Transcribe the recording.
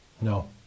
no